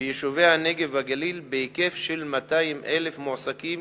ביישובי הנגב והגליל בהיקף של 200,000 מועסקים